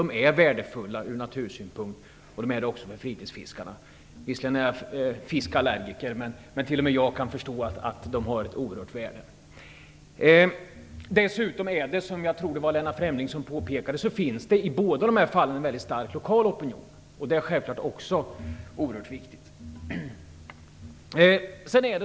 De är värdefulla ur natursynpunkt och för fritidsfiskarna. Jag är visserligen fiskallergiker, men t.o.m. jag kan förstå att älvarna har ett oerhört värde. Dessutom finns det i båda dessa fall en mycket stark lokal opinion, vilket jag tror att det var Lennart Fremling som påpekade. Det är självfallet också oerhört viktigt.